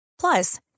Plus